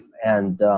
and